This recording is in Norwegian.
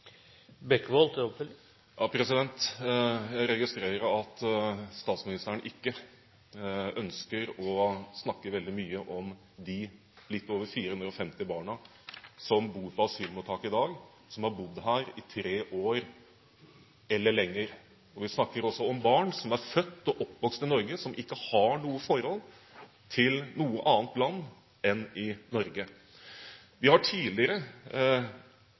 Jeg registrerer at statsministeren ikke ønsker å snakke veldig mye om de litt over 450 barna som bor på asylmottak i dag, og som har bodd her i tre år eller lenger. Vi snakker også om barn som er født og oppvokst i Norge, og som ikke har noe forhold til noe annet land enn Norge. Vi har tidligere